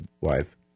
wife